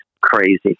crazy